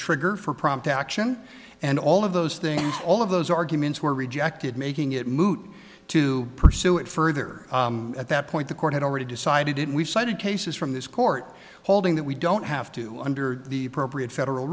trigger for prompt action and all of those things all of those arguments were rejected making it moot to pursue it further at that point the court had already decided we've cited cases from this court holding that we don't have to under the appropriate federal